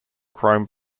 chrome